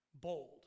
bold